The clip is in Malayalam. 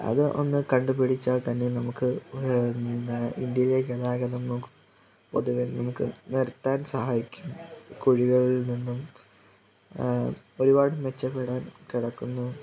അത് ഒന്ന് കണ്ടുപിടിച്ചാൽ തന്നെ നമുക്ക് എന്താ ഇന്ത്യയിലെ ഗതാഗതം നോക്കൂ പൊതുവേ നമുക്ക് നിരത്താൻ സഹായിക്കും കുഴികളിൽ നിന്നും ഒരുപാട് മെച്ചപ്പെടാൻ കിടക്കുന്നു